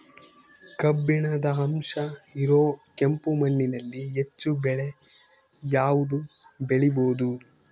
ಕಬ್ಬಿಣದ ಅಂಶ ಇರೋ ಕೆಂಪು ಮಣ್ಣಿನಲ್ಲಿ ಹೆಚ್ಚು ಬೆಳೆ ಯಾವುದು ಬೆಳಿಬೋದು?